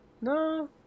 no